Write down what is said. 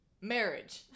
marriage